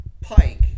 Pike